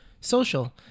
social